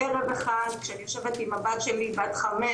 ערב אחד כשאני יושבת עם הבת שלי בת חמש